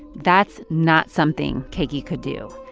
that's not something keiki could do.